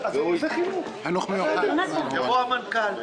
-- יבוא המנכ"ל.